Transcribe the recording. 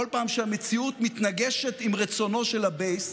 בכל פעם שהמציאות מתנגשת עם רצונו של הבייס,